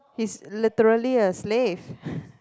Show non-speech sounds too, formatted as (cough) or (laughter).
he's literally a slave (breath)